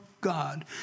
God